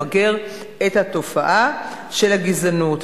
למגר את התופעה של הגזענות.